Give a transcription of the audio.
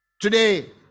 Today